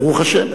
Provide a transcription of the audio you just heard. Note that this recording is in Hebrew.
ברוך השם.